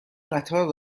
قطار